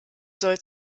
soll